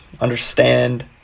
understand